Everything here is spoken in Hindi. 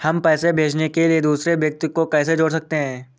हम पैसे भेजने के लिए दूसरे व्यक्ति को कैसे जोड़ सकते हैं?